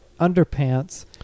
Underpants